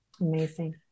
Amazing